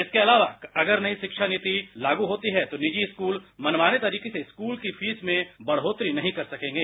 इसके अलावा अगर नई शिक्षा नीति लागू होती है तो निजी स्कुल मनमाने तरीके से स्कुल की फीस में बढ़ोतरी नहीं कर सकेंगे